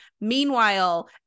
Meanwhile